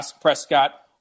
Prescott